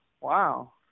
Wow